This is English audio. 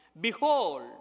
Behold